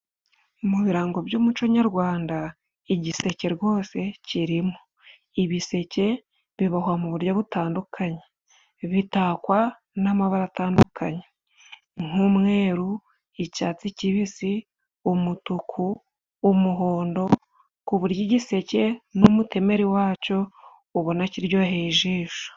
Mu birango by'umuco nyarwanda igiseke rwose kirimo, ibiseke bibohwa mu buryo butandukanye, bitakwa n'amabara atandukanye nk'umweru, icyatsi kibisi, umutuku, umuhondo ku buryo igiseke n'umutemeri waco ubona kiryoheye ijisho.